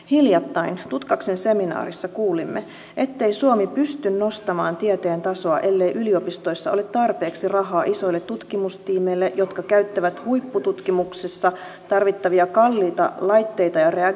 hiljattain tutkaksen seminaarissa kuulimme ettei suomi pysty nostamaan tieteen tasoa ellei yliopistoissa ole tarpeeksi rahaa isoille tutkimustiimeille jotka käyttävät huippututkimuksessa tarvittavia kalliita laitteita ja reagensseja